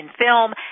film